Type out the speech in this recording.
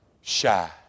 shy